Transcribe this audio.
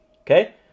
Okay